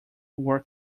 were